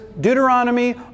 Deuteronomy